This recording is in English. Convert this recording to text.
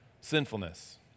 sinfulness